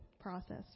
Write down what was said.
process